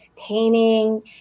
painting